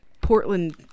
Portland